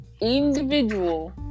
individual